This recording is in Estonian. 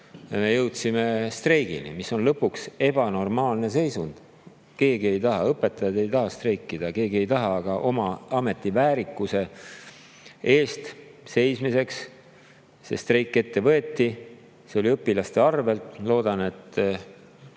me jõudsime streigini, mis on lõpuks ebanormaalne seisund. Keegi ei taha, ka õpetajad ei taha streikida. Keegi ei taha, aga oma ameti väärikuse eest seismiseks see streik ette võeti. See oli õpilaste arvel, ma loodan, et